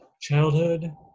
childhood